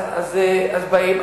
אז באים,